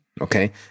Okay